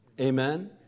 Amen